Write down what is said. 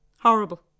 Horrible